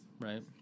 right